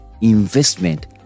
investment